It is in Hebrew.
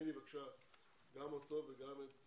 תזמיני גם אותו וגם את